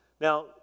Now